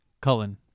Cullen